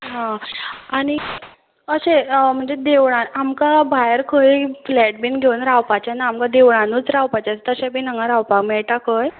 हा आनी अशें म्हणजे देवळां आमकां भायर खंय फ्लॅट बीन घेवन रावपाचें ना आमकां देवळानूत रावपाचें तशें बीन हांगां रावपा मेयटा खंय